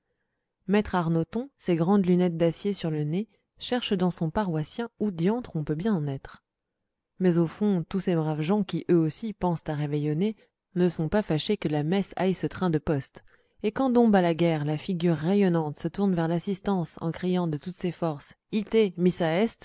maître arnoton ses grandes lunettes d'acier sur le nez cherche dans son paroissien où diantre on peut bien en être mais au fond tous ces braves gens qui eux aussi pensent à réveillonner ne sont pas fâchés que la messe aille ce train de poste et quand dom balaguère la figure rayonnante se tourne vers l'assistance en criant de toutes ses forces ite missa